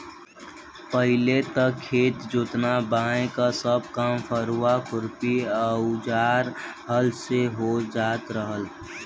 पहिले त खेत जोतना बोये क सब काम फरुहा, खुरपी आउर हल से हो जात रहल